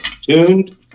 tuned